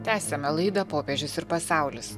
tęsiame laidą popiežius ir pasaulis